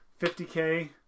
50K